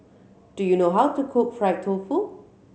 do you know how to cook fried tofu